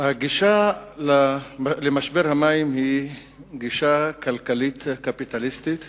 הגישה למשבר המים היא גישה כלכלית קפיטליסטית